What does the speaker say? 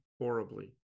horribly